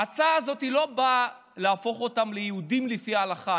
ההצעה הזאת לא באה להפוך אותם ליהודים לפי ההלכה.